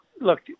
Look